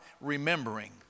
remembering